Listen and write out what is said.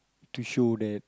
to show that